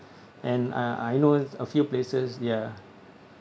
and ah I know a few places ya